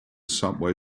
subway